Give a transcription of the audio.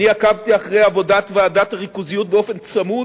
אני עקבתי אחרי עבודת ועדת הריכוזיות באופן צמוד,